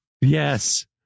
yes